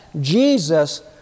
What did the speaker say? Jesus